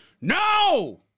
No